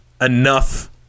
enough